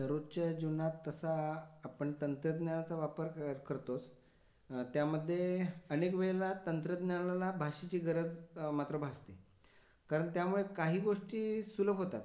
दरोजच्या जीवनात तसा आपण तंत्रज्ञानाचा वापर कर करतोच त्यामध्ये अनेक वेळेला तंत्रज्ञानाला भाषेची गरज मात्र भासते कारण त्यामुळे काही गोष्टी सुलभ होतात